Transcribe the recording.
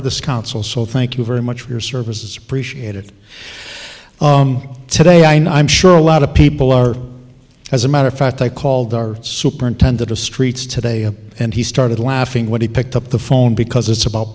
of the consul so thank you very much for your service is appreciated today i know i'm sure a lot of people are as a matter of fact i called our superintendent of streets today and he started laughing when he picked up the phone because it's about